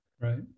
right